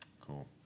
Cool